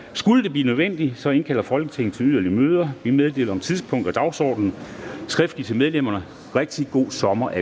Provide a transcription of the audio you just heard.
Skulle det blive nødvendigt, indkalder Folketinget til yderligere møder. Vi meddeler om tidspunkt og dagsorden skriftligt til medlemmerne. Rigtig god sommer alle